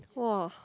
!wah!